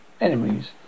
enemies